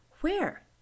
Where